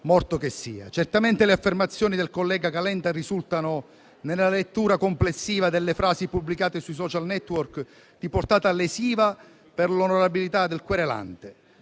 Certamente le affermazioni del collega Calenda, nella lettura complessiva delle frasi pubblicate sui *social network*, risultano di portata lesiva per l'onorabilità del querelante,